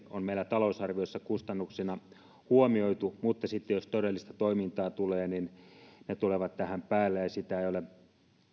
on meillä talousarviossa kustannuksena huomioitu mutta sitten jos todellista toimintaa tulee niin ne tulevat tähän päälle ja sitä ei ole